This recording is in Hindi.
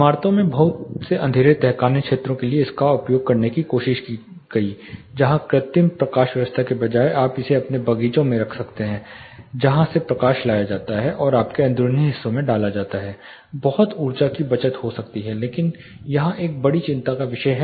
इमारतों के बहुत से अंधेरे तहखाने क्षेत्रों के लिए इसका उपयोग करने की कोशिश की जहां कृत्रिम प्रकाश व्यवस्था के बजाय आप इसे अपने बगीचों में रख सकते हैं जहां से प्रकाश लाया जाता है और आपके अंदरूनी हिस्सों में डाला जाता है बहुत ऊर्जा की बचत हो सकती है लेकिन यहां एक बड़ी चिंता का विषय है